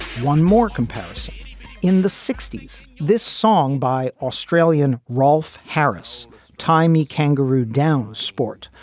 one more comparison in the sixty s. this song by australian rolf harris tie me kangaroo down sport.